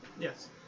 Yes